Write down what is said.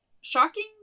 shocking